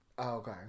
Okay